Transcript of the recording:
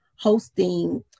hosting